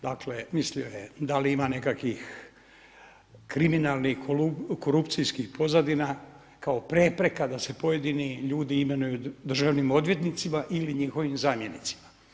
Dakle, mislio je da li ima nekakvih kriminalnih, korupcijskih pozadina kao prepreka da se pojedini ljudi imenuju državnim odvjetnicima ili njihovim zamjenicima.